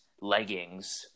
leggings